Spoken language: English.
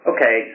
Okay